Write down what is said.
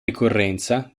ricorrenza